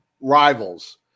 rivals